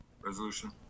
resolution